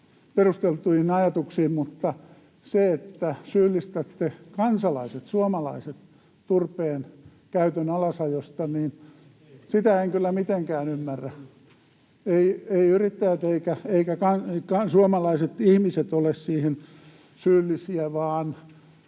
perusteltuihin ajatuksiin: Sitä, että syyllistätte kansalaiset, suomalaiset, turpeenkäytön alasajosta, [Raimo Piirainen: Ei, en!] en kyllä mitenkään ymmärrä. Eivät yrittäjät eivätkä suomalaiset ihmiset ole siihen syyllisiä, vaan